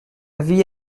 vie